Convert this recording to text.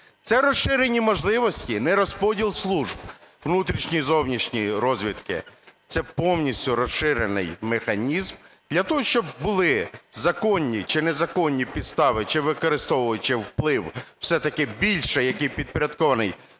Це розширені можливості, не розподіл служб внутрішньої, зовнішньої розвідки, це повністю розширений механізм для того, щоб були законні чи незаконні підстави, чи використовуючи вплив, все-таки більше який підпорядкований